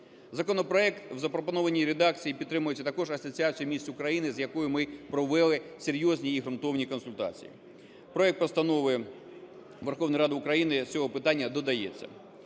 Законопроект в запропонованій редакції підтримується також Асоціацією міст України, з якою ми провели серйозні і ґрунтовні консультації. Проект Постанови Верховної Ради України з цього питання додається.